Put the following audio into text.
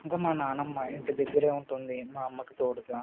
ఇంక మా నానమ్మ ఇంటి దగ్గర ఉంటుంది మా అమ్మకు తోడుగా